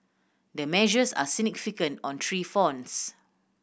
the measures are significant on three fronts